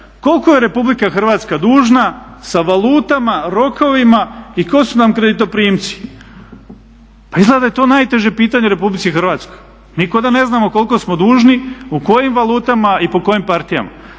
koliko je Republika Hrvatska dužna sa valutama, rokovima i tko su nam kreditoprimci. Pa izgleda da je to najteže pitanje Republici Hrvatskoj. Mi kao da ne znamo koliko smo dužni, u kojim valutama i po kojim partijama.